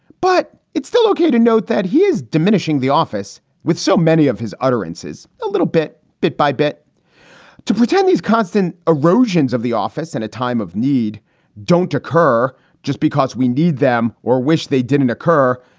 but it's still ok to note that he is diminishing the office with so many of his utterances a little bit, bit by bit to pretend these constant erosions of the office in a time of need don't occur just because we need them or wish they didn't occur.